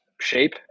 shape